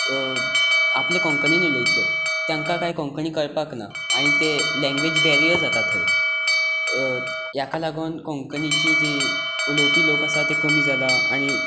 तूं आपल्या कोंकनीन उलयतलो तांकां काय कोंकणी कळपाक ना आनी ते लँग्वेज बॅरीयर जाता थंय हाका लागून कोंकणीचे जे उलोवपी लोक आसा ते कमी जाला आनी